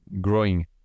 growing